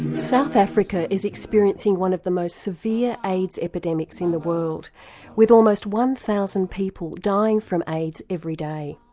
south africa is experiencing one of the most severe aids epidemics in the world with almost one thousand people dying from aids every day.